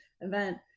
event